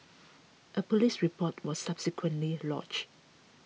a police report was subsequently lodged